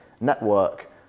network